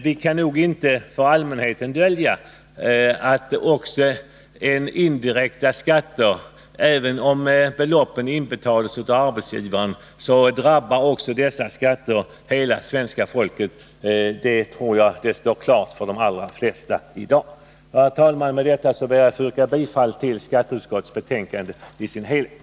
Vi kan inte för allmänheten dölja att också indirekta skatter — även om beloppen inbetalas av arbetsgivaren — drabbar hela svenska folket; det står klart för de allra flesta i dag. Herr talman! Med detta ber jag att få yrka bifall till skatteutskottets hemställan i dess helhet.